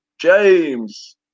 James